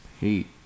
heat